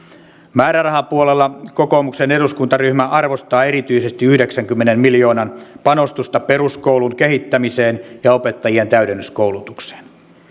määrärahapuolella kokoomuksen eduskuntaryhmä arvostaa erityisesti yhdeksänkymmenen miljoonan panostusta peruskoulun kehittämiseen ja opettajien täydennyskoulutukseen